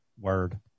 Word